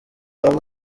aba